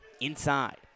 Inside